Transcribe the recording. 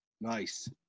Nice